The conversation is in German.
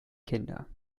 kinder